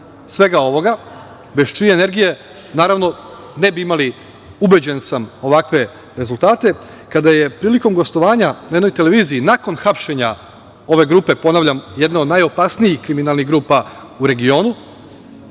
svega ovoga, bez čije energije naravno ne bi imali, ubeđen sam, ovakve rezultate, kada je prilikom gostovanja na jednoj televiziji nakon hapšenja ove grupe, ponavljam jedne od najopasnijih kriminalnih grupa u regionu,